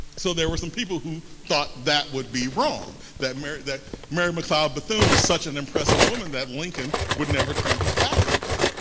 so there were some people who thought that would be wrong, that mary that mary mccleod bethune was such an impressive woman that lincoln would never turn his back on her.